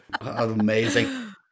Amazing